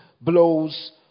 blows